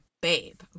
babe